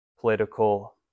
political